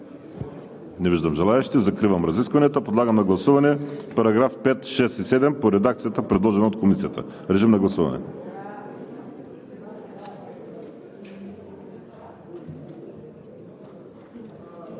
Не виждам желаещи. Закривам разискванията. Подлагам на гласуване параграфи 5, 6 и 7 по редакцията, предложена от Комисията. Гласували